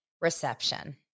reception